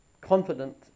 confident